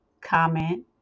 comment